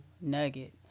nugget